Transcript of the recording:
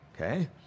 Okay